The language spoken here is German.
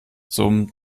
zum